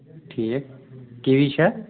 ٹھیٖک کِوی چھا